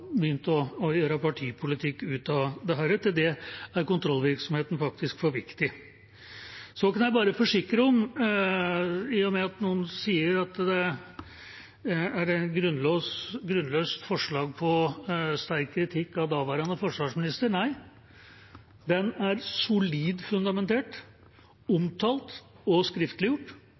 begynt å gjøre partipolitikk ut av dette. Til det er kontrollvirksomheten faktisk for viktig. Så kan jeg bare, i og med at noen sier at det er et grunnløst forslag om sterk kritikk av daværende forsvarsminister, forsikre om at det er solid fundamentert, omtalt og skriftliggjort,